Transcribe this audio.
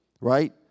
Right